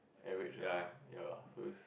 average lah ya lah so it's